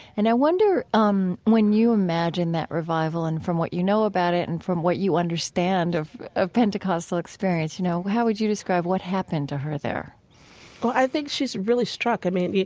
and i wonder, um when you imagine that revival and from what you know about it and from what you understand of of pentecostal experience, you know, how would you describe what happened to her there? well i think she's really struck. i mean,